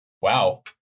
wow